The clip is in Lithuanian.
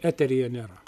eteryje nėra